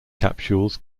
capsules